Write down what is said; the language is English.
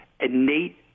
innate